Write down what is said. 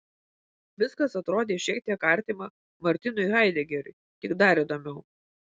viskas atrodė šiek tiek artima martinui haidegeriui tik dar įdomiau